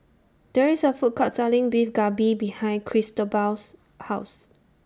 There IS A Food Court Selling Beef Galbi behind Cristobal's House